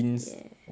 ya